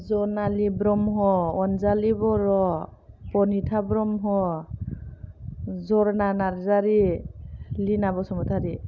Janali Brahma Anjali Boro Banitha Brahma Jarna Narzary Lina Basumatary